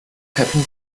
happen